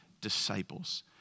disciples